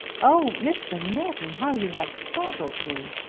oh, mr. morton, how you have startled me!